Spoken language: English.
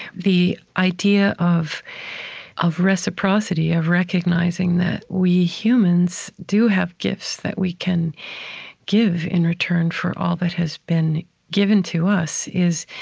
the idea of of reciprocity, of recognizing that we humans do have gifts that we can give in return for all that has been given to us is,